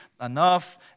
enough